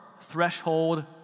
threshold